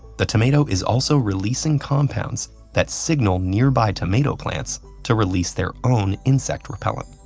the tomato is also releasing compounds that signal nearby tomato plants to release their own insect repellent.